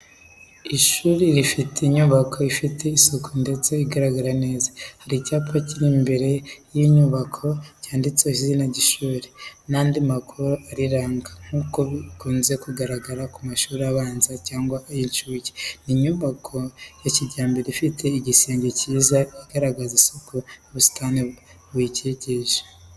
Ni ishuri rifite inyubako ifite isuku ndetse igaragara neza. Hari icyapa kiri imbere y’iyo nyubako cyanditseho izina ry’ishuri n’andi makuru ariranga nk’uko bikunze kugaragara ku mashuri abanza cyangwa ay’incuke. Ni inyubako ya kijyambere ifite igisenge cyiza igaragaza isuku n'ubusitani buyikikije.